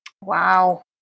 Wow